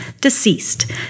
deceased